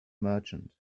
merchant